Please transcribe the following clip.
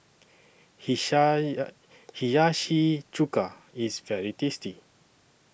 Hiyashi Chuka IS very tasty